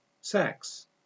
Sex